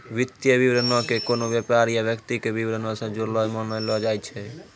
वित्तीय विवरणो के कोनो व्यापार या व्यक्ति के विबरण से जुड़लो मानलो जाय छै